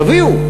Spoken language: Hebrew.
תביאו.